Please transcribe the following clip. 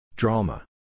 Drama